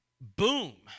boom